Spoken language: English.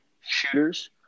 shooters